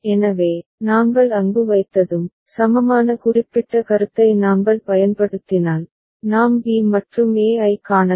எனவே நாங்கள் அங்கு வைத்ததும் சமமான குறிப்பிட்ட கருத்தை நாங்கள் பயன்படுத்தினால் நாம் b மற்றும் e ஐக் காணலாம்